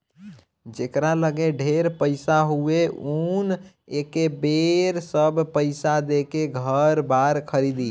जेकरा लगे ढेर पईसा होई उ न एके बेर सब पईसा देके घर बार खरीदी